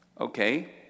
Okay